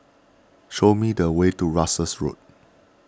show me the way to Russels Road